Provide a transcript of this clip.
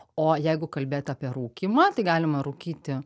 o jeigu kalbėt apie rūkymą tai galima rūkyti